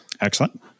excellent